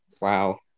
Wow